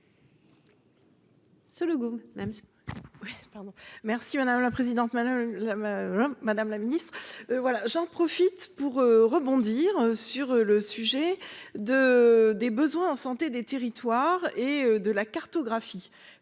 merci, madame la présidente, madame la madame la Ministre, voilà, j'en profite pour rebondir sur le sujet de des besoins en santé des territoires et de la cartographie